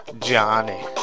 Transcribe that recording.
Johnny